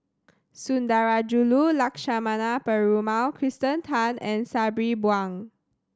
Sundarajulu Lakshmana Perumal Kirsten Tan and Sabri Buang